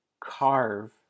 carve